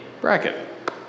bracket